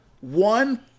one